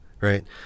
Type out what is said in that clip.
right